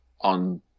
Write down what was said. on